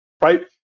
right